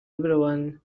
everyone